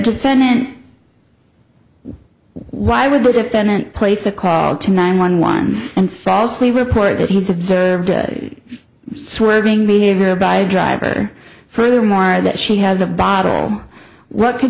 defendant why would the defendant place a call to nine one one and falsely report that he's observed swerving behavior by a driver for umar that she has a bottle what c